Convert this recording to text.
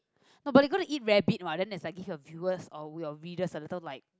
no but they gonna eat rabbit what then is like give your viewers or readers a little like